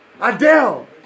Adele